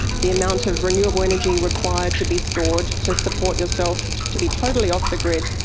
the amount of renewable energy required to be stored to support yourself to be totally off the grid,